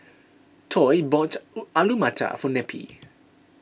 Toy bought Alu Matar for Neppie